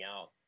out